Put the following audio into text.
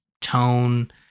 tone